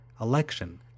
Election